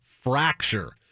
fracture